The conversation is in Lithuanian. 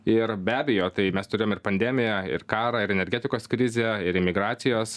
ir be abejo tai mes turėjom ir pandemiją ir karą ir energetikos krizę ir imigracijos